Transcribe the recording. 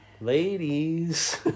ladies